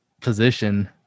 position